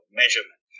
measurement